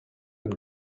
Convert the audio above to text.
and